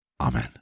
Amen